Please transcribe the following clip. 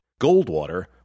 Goldwater